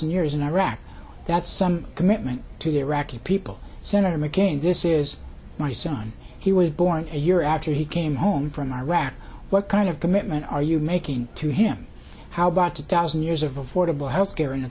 thousand years in iraq that some commitment to the iraqi people senator mccain this is my son he was born a year after he came home from iraq what kind of commitment are you making to him how about to dozen years of affordable health care